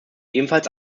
ebenfalls